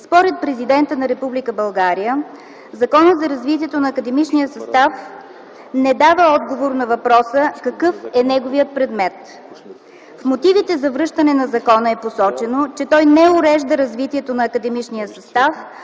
Според Президента на Република България Законът за развитие на академичния състав не дава отговор на въпроса какъв е неговият предмет. В мотивите за връщане на закона е посочено, че той не урежда развитието на академичния състав,